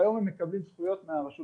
היום הם מקבלים זכויות מהרשות